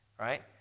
right